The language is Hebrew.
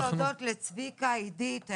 אני פה רוצה להודות לצביקה, עידית,